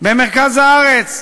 במרכז הארץ,